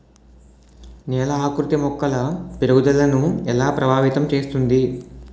నేల ఆకృతి మొక్కల పెరుగుదలను ఎలా ప్రభావితం చేస్తుంది?